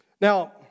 Now